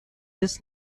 des